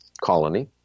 colony